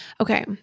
Okay